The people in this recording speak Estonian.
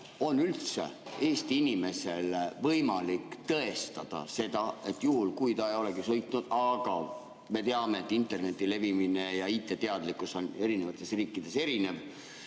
on üldse Eesti inimesel võimalik tõestada, et juhul kui ta ei olegi sõitnud – aga me teame, et interneti levimine ja IT-teadlikkus on erinevates riikides erinev,